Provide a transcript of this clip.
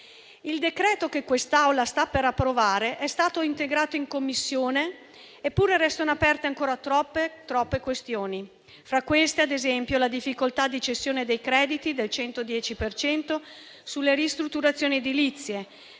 Il decreto che quest'Aula sta per approvare è stato integrato in Commissione, eppure restano aperte ancora troppe questioni. Tra queste, ad esempio, la difficoltà di cessione dei crediti del 110 per cento sulle ristrutturazioni edilizie,